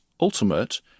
Ultimate